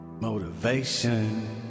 Motivation